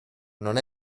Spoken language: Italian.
non